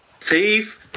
Thief